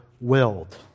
willed